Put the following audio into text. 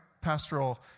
pastoral